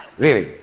really.